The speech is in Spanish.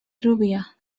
rubia